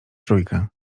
trójkę